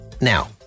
Now